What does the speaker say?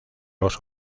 los